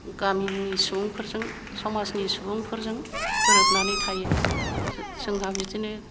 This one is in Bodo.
गामिनि सुबुंफोरजों समाजनि सुबुंफोरजों गोरोबानानै थायो जोंहा बिदिनो